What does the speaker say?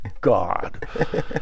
God